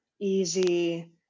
easy